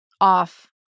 off